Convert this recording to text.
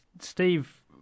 Steve